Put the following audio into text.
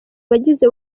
abagize